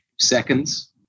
seconds